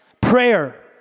Prayer